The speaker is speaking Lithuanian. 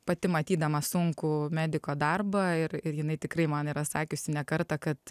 pati matydama sunkų mediko darbą ir ir jinai tikrai man yra sakiusi ne kartą kad